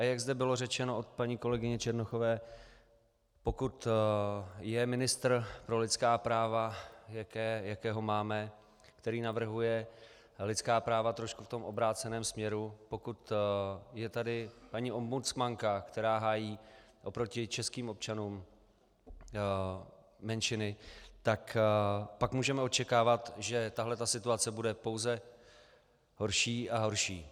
A jak zde bylo řečeno od paní kolegyně Černochové, pokud je ministr pro lidská práva, jakého máme, který navrhuje lidská práva v trošku obráceném směru, pokud je tady paní ombudsmanka, která hájí oproti českým občanům menšiny, tak pak můžeme očekávat, že tahle ta situace bude pouze horší a horší.